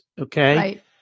Okay